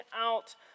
out